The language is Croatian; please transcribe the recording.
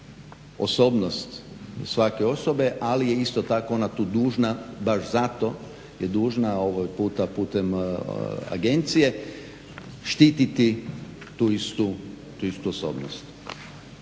osobnost svake osobe, ali je isto tako ona tu dužna baš zato je dužna, ovaj puta putem agencije štiti tu istu osobnost.